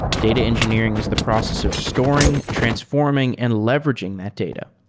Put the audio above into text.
data engineering is the process of storing, transforming and leveraging that data.